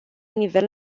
nivel